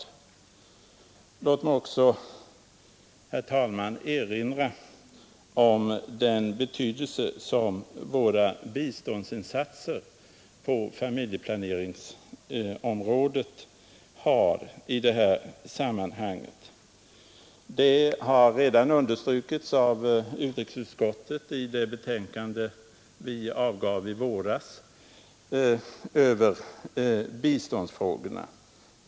Låt mig också erinra om den betydelse som våra biståndsinsatser har på familjeplaneringens område i det här sammanhanget. Utrikesutskottet underströk detta redan i våras i betänkandet angående biståndsfrågorna.